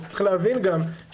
צריך להבין גם,